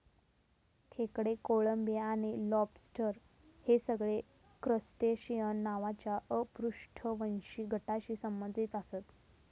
खेकडे, कोळंबी आणि लॉबस्टर हे सगळे क्रस्टेशिअन नावाच्या अपृष्ठवंशी गटाशी संबंधित आसत